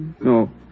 No